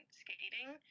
skating